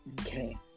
Okay